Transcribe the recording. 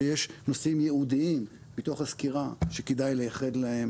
כשיש נושאים ייעודיים בתוך הסקירה שכדאי לייחד להם